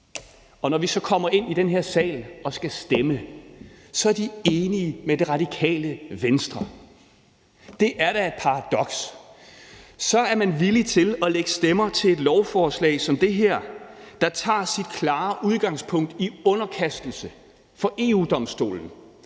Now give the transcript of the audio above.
og når vi så kommer ind i den her sal og skal stemme, så er de enige med det Radikale Venstre. Det er da et paradoks. Så er man villig til at lægge stemmer til et lovforslag som det her, der tager sit klare udgangspunkt i underkastelse for EU-Domstolen,